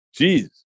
Jeez